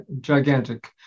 gigantic